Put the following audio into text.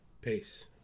Peace